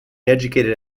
educated